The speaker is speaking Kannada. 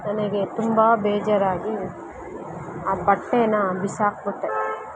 ನನಗೆ ತುಂಬ ಬೇಜಾರಾಗಿ ಆ ಬಟ್ಟೆ ಬಿಸಾಕಿಬಿಟ್ಟೆ